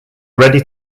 ready